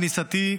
מאז כניסתי,